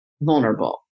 vulnerable